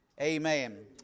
Amen